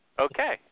Okay